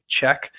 check